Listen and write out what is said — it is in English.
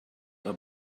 are